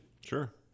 Sure